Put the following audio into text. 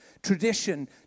Tradition